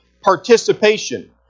participation